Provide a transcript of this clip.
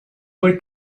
were